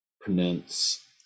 pronounce